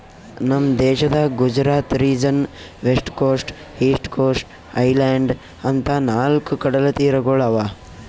ನಮ್ ದೇಶದಾಗ್ Gujarat region, west coast, east coast, island ಅಂತಾ ನಾಲ್ಕ್ ಕಡಲತೀರಗೊಳ್ ಅವಾ